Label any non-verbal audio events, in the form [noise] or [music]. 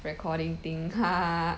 recording thing [laughs]